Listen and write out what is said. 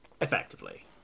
Effectively